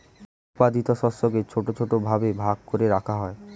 উৎপাদিত শস্যকে ছোট ছোট ভাবে ভাগ করে রাখা হয়